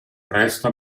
presto